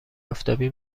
آفتابی